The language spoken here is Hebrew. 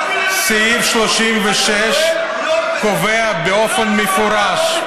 סעיף 36 קובע באופן מפורש,